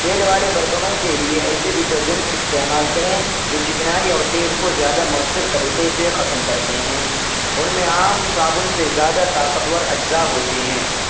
تیل والے برتنوں کے لیے ایسی ڈیٹرجنٹس استعمال کریں جو چکنائی اور تیل کو زیادہ مؤثر طریقے سے ختم کرتے ہیں ان میں عام صابن سے زیادہ طاقتور اجزاء ہوتے ہیں